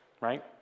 right